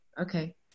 okay